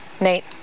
Nate